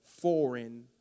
foreign